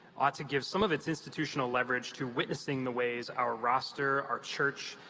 ought to give some of its institutional leverage to witnessing the ways our roster, our church,